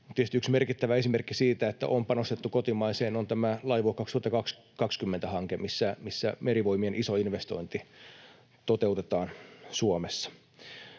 yksi merkittävä esimerkki siitä, että on panostettu kotimaiseen, on tämä Laivue 2020 ‑hanke, missä Merivoimien iso investointi toteutetaan Suomessa.